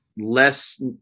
less